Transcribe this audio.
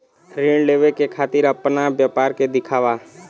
ऋण लेवे के खातिर अपना व्यापार के दिखावा?